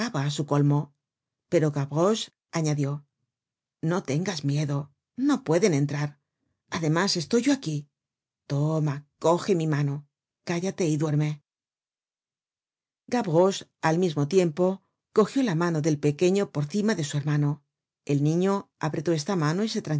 á su colmo pero gavroche añadió no tengas miedo no pueden entrar además estoy yo aquí toma coge mi mano cállate y duerme gavroche al mismo tiempo cogió la mano del pequeño por cima de su hermano el niño apretó esta mano y se